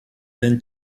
then